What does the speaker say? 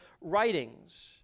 writings